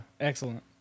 excellent